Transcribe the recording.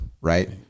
Right